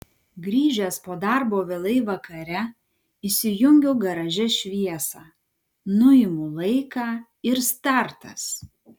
grįžęs po darbo vėlai vakare įsijungiu garaže šviesą nuimu laiką ir startas